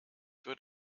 wird